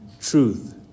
truth